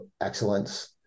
excellence